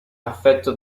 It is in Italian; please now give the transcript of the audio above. affetto